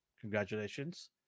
congratulations